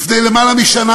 לפני למעלה משנה,